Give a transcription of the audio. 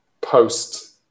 post